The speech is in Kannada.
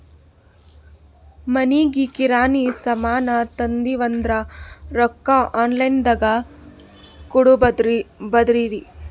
ಮನಿಗಿ ಕಿರಾಣಿ ಸಾಮಾನ ತಂದಿವಂದ್ರ ರೊಕ್ಕ ಆನ್ ಲೈನ್ ದಾಗ ಕೊಡ್ಬೋದಲ್ರಿ?